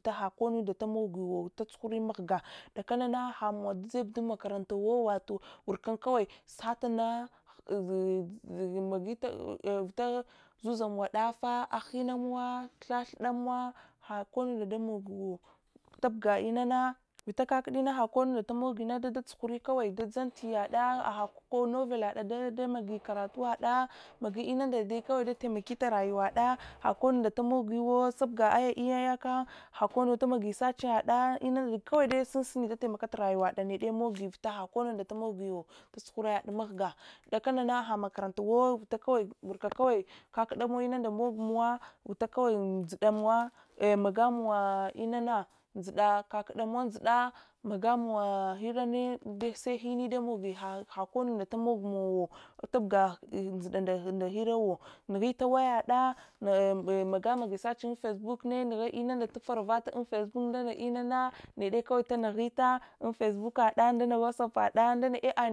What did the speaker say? Vita had kanun da tamoguwo manga dakanana hamow dajeh dun makarantawo yauwati warka kawai satana magita vita zuzamow ɗafa aghinamowa hiddamo wa hakonunda damogiwo lubga inana vita kakdina hakonunda tamogina tatsuhuri kawai dadzantiyada ko novellate damogi karatuwade magi inunda dai kawai datalmakit rayuwaɗa hakonuwa tamoyowo lubga aya iyayaka hakonu tamogi searchinaya inunda kawai sunsuni datamok rayuwada need mogi vita hakonda tamogiwo tsatsuhura yadmahga dakanana hadmakarantawo warka kawai kakdamowa inunda mokmowo ai magamowa inana njida kakdamowa njida magamowa hirani se hinne tamoi hakonnuwunde tamag mowo tubga njida nda hirawo nughuli wayada ma gamagi searching unfacebook naghai inunda faravata unfacebook nganne inana nede kawai tanaghita unfacebak kada ndak wasopada nala ai